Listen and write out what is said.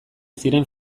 ziren